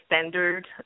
standard